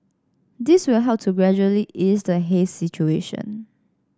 this will help to gradually ease the haze situation